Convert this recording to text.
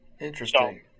Interesting